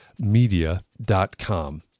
media.com